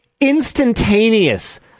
instantaneous